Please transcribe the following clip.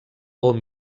hom